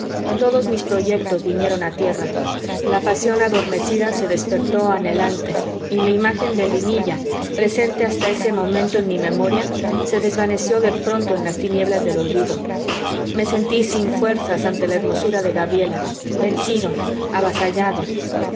todos mis proyectos vinieron a tierra la pasión adormecida se despertó anhelante y la imagen de linilla presente hasta ese momento en mi memoria se desvaneció de pronto en las tinieblas del olvido me sentí sin fuerzas ante la hermosura de gabriela vencido avasallado